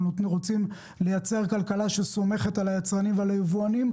רוצים לייצר כלכלה שסומכת על היצרנים ועל היבואנים,